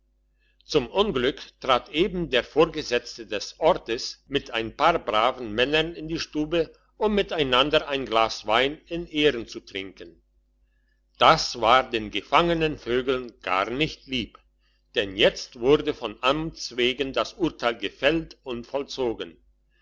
zum unglück trat eben der vorgesetzte des ortes mit ein paar braven männern in die stube um miteinander ein glas wein in ehren zu trinken das war den gefangenen vögeln gar nicht lieb denn jetzt wurde von amts wegen das urteil gefällt und vollzogen